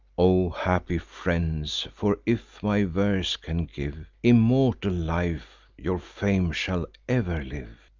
o happy friends! for, if my verse can give immortal life, your fame shall ever live,